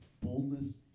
boldness